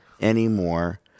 Anymore